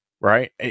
right